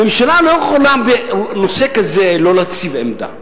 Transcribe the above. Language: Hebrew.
הממשלה לא יכולה בנושא כזה שלא להציב עמדה.